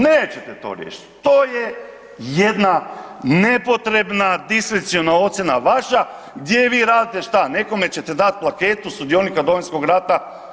Nećete to riješit, to je jedna nepotrebna diskreciona ocjena vaša gdje vi radite šta, nekome ćete dat plaketu sudionika Domovinskog rata.